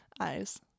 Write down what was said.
Eyes